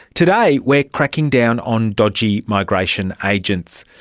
today, we're cracking down on dodgy migration agents.